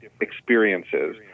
experiences